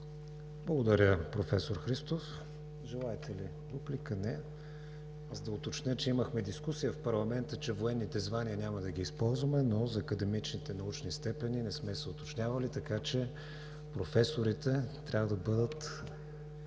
Благодаря, професор Христов. Желаете ли дуплика, господин Министър? Не. Да уточня, че имахме дискусия в парламента, че военните звания няма да ги използваме, но за академичните научни степени не сме се уточнявали, така че професорите трябва да бъдат